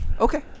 Okay